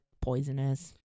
poisonous